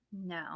No